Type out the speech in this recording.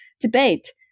debate